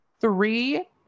three